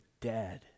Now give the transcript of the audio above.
dead